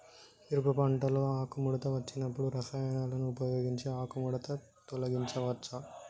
మిరప పంటలో ఆకుముడత వచ్చినప్పుడు రసాయనాలను ఉపయోగించి ఆకుముడత తొలగించచ్చా?